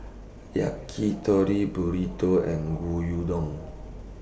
Yakitori Burrito and Gyudon